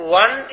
one